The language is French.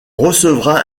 recevra